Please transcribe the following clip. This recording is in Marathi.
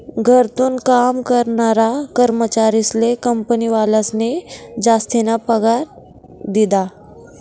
घरथून काम करनारा कर्मचारीस्ले कंपनीवालास्नी जासतीना पगार दिधा